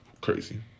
crazy